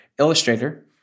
illustrator